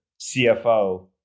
CFO